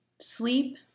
Sleep